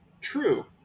True